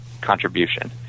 contribution